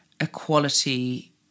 Equality